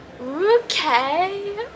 Okay